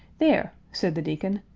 there! said the deacon,